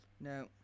No